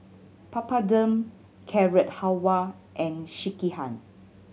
Papadum Carrot Halwa and Sekihan